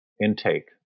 intake